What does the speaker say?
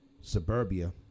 suburbia